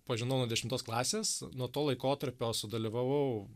pažinau nuo dešimtos klasės nuo to laikotarpio sudalyvavau